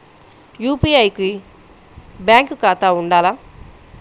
UPI కి bank ఖాతా ఉండాల?